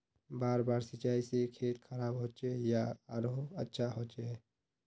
बार बार सिंचाई से खेत खराब होचे या आरोहो अच्छा होचए?